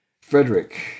Frederick